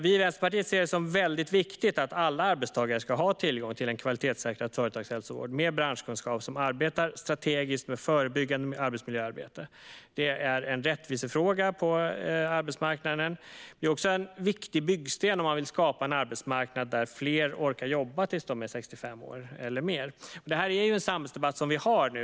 För Vänsterpartiet är det viktigt att alla arbetstagare ska ha tillgång till en kvalitetssäkrad företagshälsovård med branschkunskap, som arbetar strategiskt med förebyggande arbetsmiljöarbete. Det är en rättvisefråga på arbetsmarknaden. Det är också en viktig byggsten om man vill skapa en arbetsmarknad där fler orkar jobba tills de är 65 år eller mer. Det här är en samhällsdebatt som vi har nu.